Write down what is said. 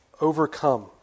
Overcome